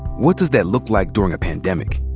what does that look like during a pandemic?